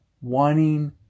wanting